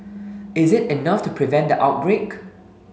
is it enough to prevent the outbreak